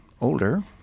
older